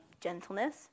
gentleness